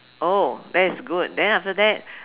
oh that is good then after that